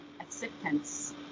acceptance